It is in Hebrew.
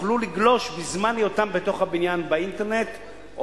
יוכלו לגלוש בזמן היותם בתוך הבניין באינטרנט או